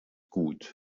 gut